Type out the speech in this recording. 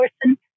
person